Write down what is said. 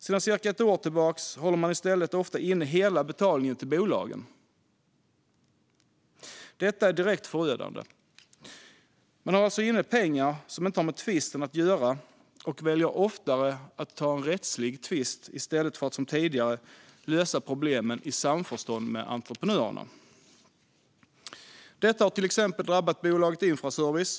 Sedan cirka ett år tillbaka håller man dock ofta inne med hela betalningen till bolagen. Detta är direkt förödande. Man håller alltså inne pengar som inte har med tvisten att göra och väljer oftare att ta en rättslig tvist i stället för att som tidigare lösa problemen i samförstånd med entreprenörerna. Detta har till exempel drabbat bolaget Infraservice.